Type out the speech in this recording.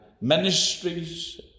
ministries